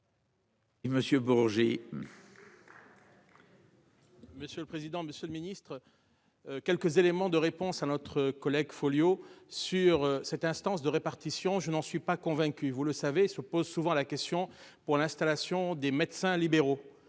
Monsieur le président, Monsieur le Ministre. Quelques éléments de réponse à notre collègue Folio sur cette instance de répartition. Je n'en suis pas convaincu, vous le savez se pose souvent la question pour l'installation des médecins libéraux